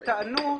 טענו,